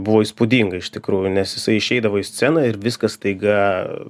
buvo įspūdinga iš tikrųjų nes jisai išeidavo į sceną ir viskas staiga